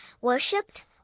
worshipped